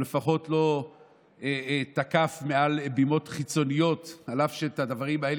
הוא לפחות לא תקף מעל בימות חיצוניות אף שאת הדברים האלה,